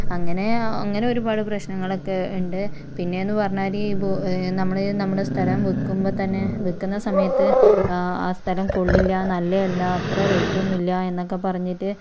അങ്ങനെ അങ്ങനെ ഒരുപാട് പ്രശ്നങ്ങളൊക്കെ ഉണ്ട് പിന്നേന്ന് പറഞ്ഞാല് ഇബു നമ്മളീ നമ്മടെ സ്ഥലം വിൽക്കുമ്പോൾ തന്നെ വിൽക്കുന്ന സമയത്ത് ആ സ്ഥലം കൊള്ളില്ല നല്ലത് അല്ല അത്ര റേറ്റൊന്നും ഇല്ല എന്നൊക്കെ പറഞ്ഞിട്ട്